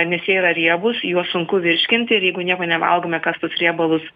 nes jie yra riebūs juos sunku virškinti ir jeigu nieko nevalgome kas tuos riebalus